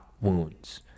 Wounds